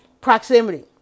Proximity